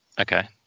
Okay